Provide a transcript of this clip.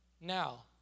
now